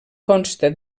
consta